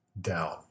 down